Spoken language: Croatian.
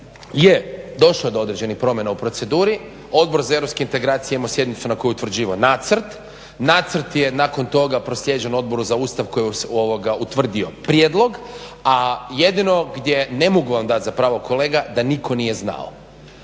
je došlo je do određenih promjena u proceduri, Odbor za europske integracije je imao sjednicu na kojoj je utvrđivao nacrt, nacrt je nakon toga proslijeđen Odboru za Ustav koji je utvrdio prijedlog, a jedino gdje vam ne mogu za pravo kolega da nitko nije znao.